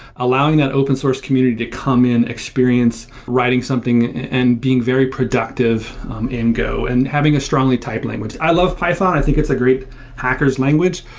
allowing an open source community to come in, experience writing something and being very productive in go and having a strongly typed language. i love python. i think it's a great hacker s language,